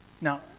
Now